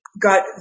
got